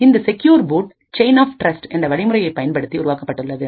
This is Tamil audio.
இந்த secure boot chain of trust என்ற வழிமுறையை பயன்படுத்தி உருவாக்கப்பட்டுள்ளது